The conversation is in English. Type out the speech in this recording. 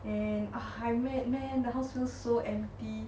and ah I met man the house so so empty